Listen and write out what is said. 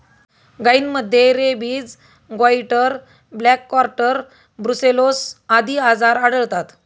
गायींमध्ये rabies, goitre, black quarter, brucellosis आदी आजार आढळतात